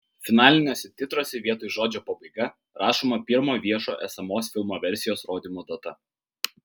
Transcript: finaliniuose titruose vietoj žodžio pabaiga rašoma pirmo viešo esamos filmo versijos rodymo data